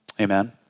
amen